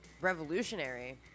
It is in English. revolutionary